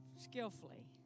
skillfully